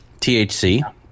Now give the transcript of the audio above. THC